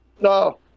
No